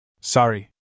Sorry